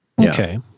okay